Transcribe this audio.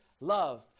love